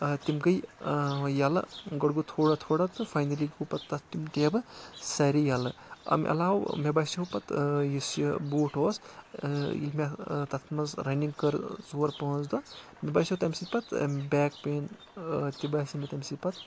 تِم گٔے یَلہٕ گۄڈٕ گوٚو تھوڑا تھوڑا تہٕ فاینٔلی گوٚو پَتہٕ تَتھ تِم ٹَیبہٕ سارے یَلہٕ اَمہِ علاوٕ مےٚ باسیٚو پَتہٕ یُس یہِ بوٗٹھ اوس ییٚلہِ مےٚ تَتھ منٛز رَنِنٛگ کٔر ژور پانٛژھ دۄہ مےٚ باسیٚو تَمہِ سۭتۍ پَتہٕ بَیٚک پین تہِ باسیٚو مےٚ تَمہِ سۭتۍ پَتہٕ